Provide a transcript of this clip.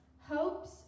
hopes